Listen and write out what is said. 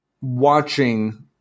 watching